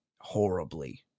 horribly